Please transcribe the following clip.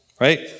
right